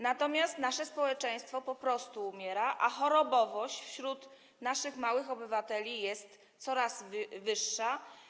Natomiast nasze społeczeństwo po prostu umiera, a chorobowość wśród naszych małych obywateli jest coraz wyższa.